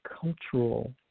cultural